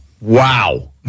Wow